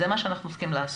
זה מה שאנחנו צריכים לעשות.